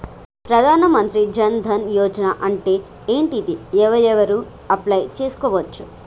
ప్రధాన మంత్రి జన్ ధన్ యోజన అంటే ఏంటిది? ఎవరెవరు అప్లయ్ చేస్కోవచ్చు?